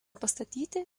pastatyti